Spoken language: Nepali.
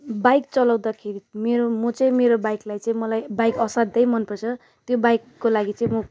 बाइक चलाउँदाखेरि मेरो म चाहिँ मेरो बाइकलाई चाहिँ मलाई बाइक असाध्यै मन पर्छ त्यो बाइकको लागि चाहिँ म